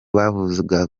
bavuga